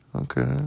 Okay